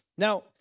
Now